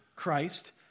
christ